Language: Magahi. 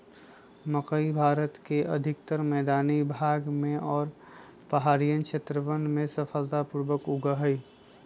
मकई भारत के अधिकतर मैदानी भाग में और पहाड़ियन क्षेत्रवन में सफलता पूर्वक उगा हई